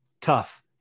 tough